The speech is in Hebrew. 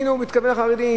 הנה הוא מתכוון לחרדים,